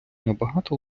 набагато